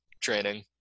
training